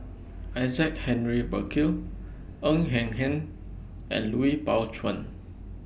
Isaac Henry Burkill Ng Eng Hen and Lui Pao Chuen